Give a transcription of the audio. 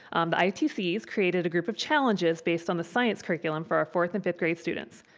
the itc has created a group of challenges based on the science curriculum for our fourth and fifth grade students.